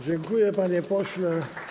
Dziękuję, panie pośle.